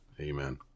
Amen